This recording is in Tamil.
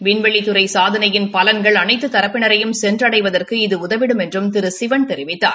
விண்வெளித்துறை சாதனையின் பலன்கள் அனைத்து தரப்பினரையும் சென்றடைவதற்கு இது உதவிடும் என்றும் திரு சிவன் தெரிவித்தார்